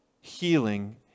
healing